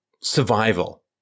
survival